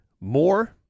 more